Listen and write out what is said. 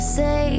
say